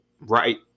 right